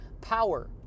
power